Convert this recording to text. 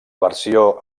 versió